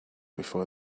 before